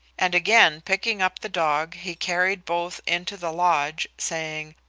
and again picking up the dog, he carried both into the lodge, saying,